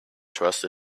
trust